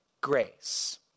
grace